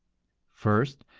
first,